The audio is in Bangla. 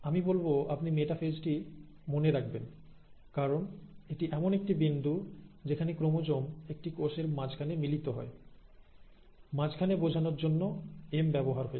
আমি বলব আপনি মেটাফেজটি মনে রাখবেন কারণ এটি এমন একটি বিন্দু যেখানে ক্রোমোজোম একটি কোষের মাঝখানে মিলিত হয় মাঝখানে বোঝানোর জন্য এম ব্যবহার হয়েছে